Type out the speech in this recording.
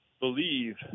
believe